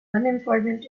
unemployment